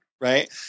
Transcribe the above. right